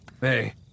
hey